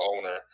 owner